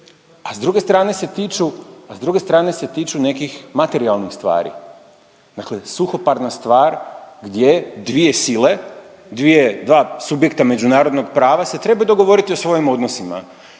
a s druge strane se tiču nekih materijalnih stvari. Dakle, suhoparna stvar gdje dvije sile, dvije, dva subjekta međunarodnog prava se trebaju dogovoriti o svojim odnosima.